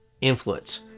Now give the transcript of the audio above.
influence